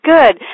Good